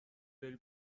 بری